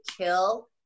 kill